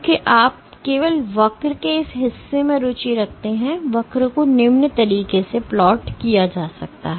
तो क्योंकि आप केवल वक्र के इस हिस्से में रुचि रखते हैं वक्र को निम्न तरीके से प्लॉट किया जाता है